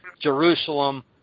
Jerusalem